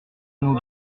nos